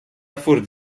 furt